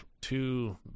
two